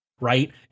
right